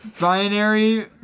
binary